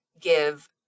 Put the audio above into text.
give